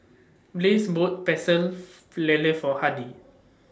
Blaze bought Pecel For Lele For Hardy